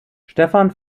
stephan